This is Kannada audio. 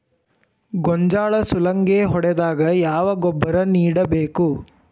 ಗೋಂಜಾಳ ಸುಲಂಗೇ ಹೊಡೆದಾಗ ಯಾವ ಗೊಬ್ಬರ ನೇಡಬೇಕು?